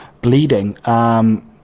bleeding